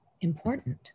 important